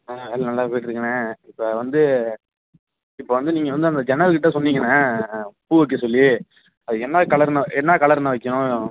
ஆ எல்லாம் நல்லா போயிட்டுருக்குண்ணே இப்போ வந்து இப்போ வந்து நீங்கள் வந்து அந்த ஜன்னல்க்கிட்ட சொன்னிங்கண்ணா பூ வைக்க சொல்லி அதுக்கு என்னா கலர்ண என்ன கலர்ண்ணே வைக்கிணும்